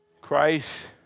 Christ